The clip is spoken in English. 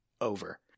over